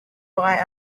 buy